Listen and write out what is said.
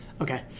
okay